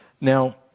Now